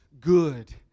good